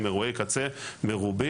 הם אירועי קצה מרובים,